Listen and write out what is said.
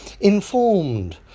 informed